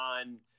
on